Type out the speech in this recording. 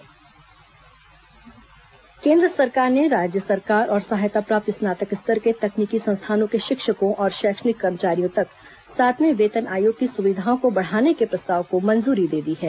शिक्षक सातवां वेतनमान केन्द्र सरकार ने राज्य सरकार और सहायता प्राप्त स्नातक स्तर के तकनीकी संस्थानों के शिक्षकों और शैक्षणिक कर्मचारियों तक सातवें वेतन आयोग की सुविधाओं को बढ़ाने के प्रस्ताव को मंजूरी दे दी है